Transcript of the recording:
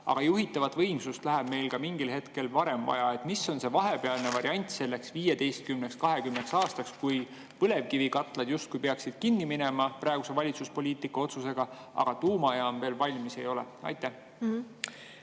Aga juhitavat võimsust läheb meil vaja mingil hetkel ka varem. Mis on see vahepealne variant selleks 15–20 aastaks, kui põlevkivikatlad justkui peaksid kinni minema praeguse valitsuse otsusega, aga tuumajaama valmis ei ole? Aitäh!